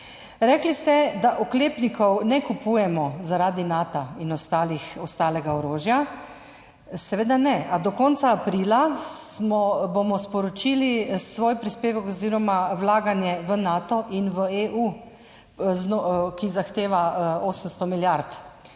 Rekli ste, da oklepnikov ne kupujemo zaradi Nata in ostalega orožja. Seveda ne, a do konca aprila bomo sporočili svoj prispevek oziroma vlaganje v Nato in v EU, ki zahteva 800 milijard